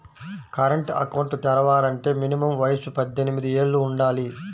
current account తెరవాలంటే minimum వయసు పద్దెనిమిది యేళ్ళు వుండాలి